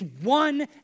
one